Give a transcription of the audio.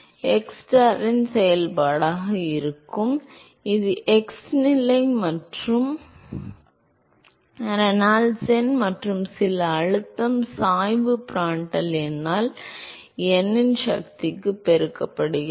x ஸ்டாரின் செயல்பாடாக இருக்கும் இது x நிலை மற்றும் ரேனால்ட்ஸ் எண் மற்றும் சில அழுத்தம் சாய்வு பிராண்டல் எண்ணால் n இன் சக்திக்கு பெருக்கப்படுகிறது